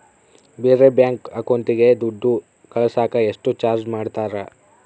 ಬೇರೆ ಬ್ಯಾಂಕ್ ಅಕೌಂಟಿಗೆ ದುಡ್ಡು ಕಳಸಾಕ ಎಷ್ಟು ಚಾರ್ಜ್ ಮಾಡತಾರ?